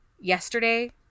yesterday